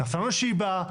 נסעו לשיבא,